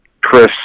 Chris